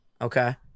Okay